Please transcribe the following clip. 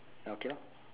okay lor